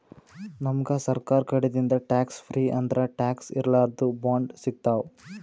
ನಮ್ಗ್ ಸರ್ಕಾರ್ ಕಡಿದಿಂದ್ ಟ್ಯಾಕ್ಸ್ ಫ್ರೀ ಅಂದ್ರ ಟ್ಯಾಕ್ಸ್ ಇರ್ಲಾರ್ದು ಬಾಂಡ್ ಸಿಗ್ತಾವ್